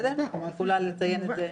את יכולה לציין את זה.